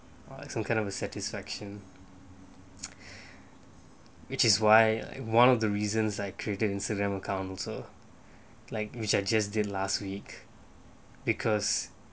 like some kind of a satisfaction which is why one of the reasons I created a student council like which I just did last week because